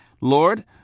Lord